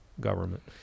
government